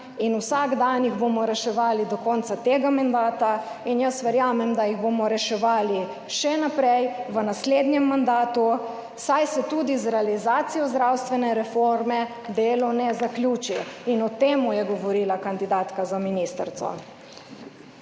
in vsak dan jih bomo reševali do konca tega mandata in jaz verjamem, da jih bomo reševali še naprej v naslednjem mandatu, saj se tudi z realizacijo zdravstvene reforme delo ne zaključi, in o tem je govorila kandidatka za ministrico.